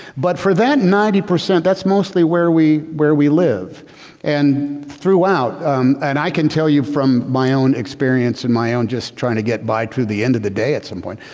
but for that ninety percent that's mostly where we where we live and throughout and i can tell you from my own experience in my own just trying to get by to the end of the day at some point.